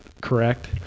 correct